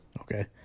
Okay